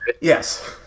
Yes